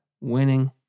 winning